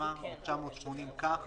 התשמ"א 1980 כך